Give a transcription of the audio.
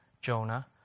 Jonah